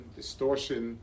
distortion